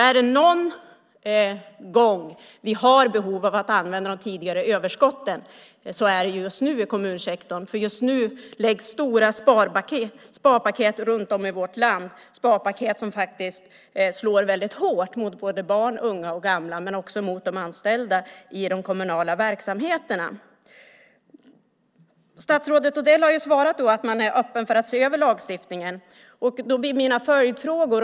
Är det någon gång vi har behov av att använda de tidigare överskotten i kommunsektorn är det just nu eftersom stora sparpaket läggs fram runt om i vårt land. Det är sparpaket som slår väldigt hårt mot barn, unga, gamla och mot de anställda i de kommunala verksamheterna. Statsrådet Odell har svarat att man är öppen för att se över lagstiftningen. Då har jag några följdfrågor.